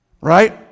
right